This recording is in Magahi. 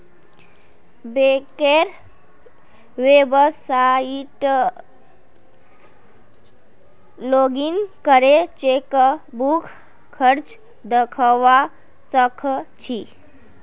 बैंकेर वेबसाइतट लॉगिन करे चेकबुक खर्च दखवा स ख छि